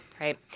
right